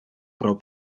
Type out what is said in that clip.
pro